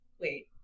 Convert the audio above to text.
wait